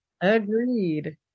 Agreed